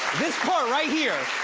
this part, right here,